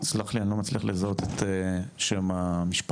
סלח לי אני לא מצליח לזהות את שם המשפחה.